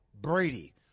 Brady